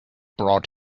brought